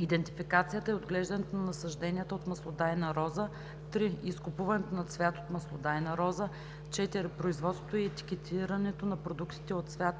идентификацията и отглеждането на насажденията от маслодайна роза; 3. изкупуването на цвят от маслодайна роза; 4. производството и етикетирането на продуктите от цвят